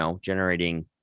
generating